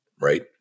right